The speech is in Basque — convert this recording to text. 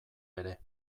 ere